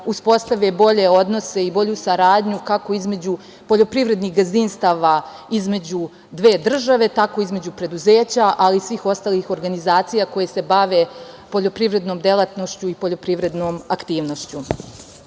uspostave bolje odnose i bolju saradnju kako između poljoprivrednih gazdinstava između dve države, tako između preduzeća, ali i svih ostalih organizacija koje se bave poljoprivrednom delatnošću i poljoprivrednom aktivnošću. Kao